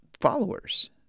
followers